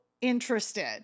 interested